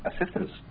assistance